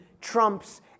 trumps